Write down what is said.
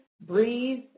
breathe